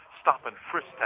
stop-and-frisk